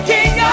King